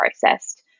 processed